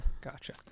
Gotcha